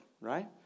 right